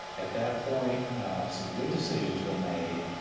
at that point some good decisions were made,